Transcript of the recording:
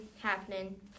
happening